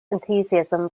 enthusiasm